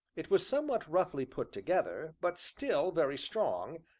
it was somewhat roughly put together, but still very strong,